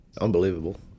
Unbelievable